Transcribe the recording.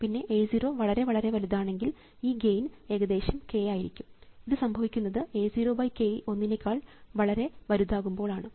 പിന്നെ A 0 വളരെ വളരെ വലുതാണെങ്കിൽ ഈ ഗെയിൻ ഏകദേശം k ആയിരിക്കും ഇത് സംഭവിക്കുന്നത് A 0 k ഒന്നിനേക്കാൾ വളരെ വലുതാകുമ്പോൾ ആണ്